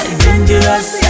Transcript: dangerous